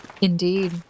Indeed